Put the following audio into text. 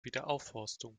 wiederaufforstung